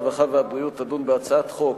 הרווחה והבריאות תדון בהצעת חוק